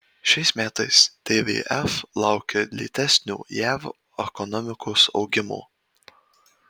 šiais metais tvf laukia lėtesnio jav ekonomikos augimo